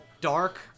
dark